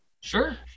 Sure